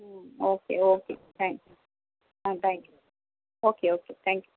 ம் okay okay thanks ah thank you okay okay thank you